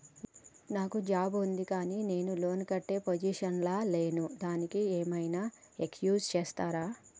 నాకు జాబ్ ఉంది కానీ నేను లోన్ కట్టే పొజిషన్ లా లేను దానికి ఏం ఐనా ఎక్స్క్యూజ్ చేస్తరా?